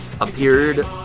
appeared